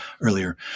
earlier